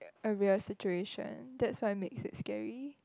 a real situation that's why makes it scary